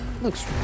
Looks